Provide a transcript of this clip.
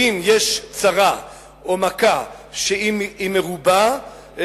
אם יש צרה או מכה שהיא מרובה,